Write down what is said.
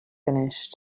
finish